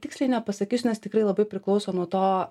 tiksliai nepasakysiu nes tikrai labai priklauso nuo to